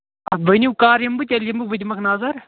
ؤنِو کَر یِمہٕ بہٕ تیٚلہِ یِمہٕ بہٕ بہٕ دِمَکھ نَظر